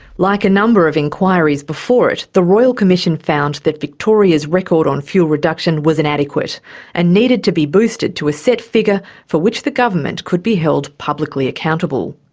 like a number of inquiries before it, the royal commission found that victoria's record on fuel reduction was inadequate and needed to be boosted to a set figure for which the government could be held publicly accountable.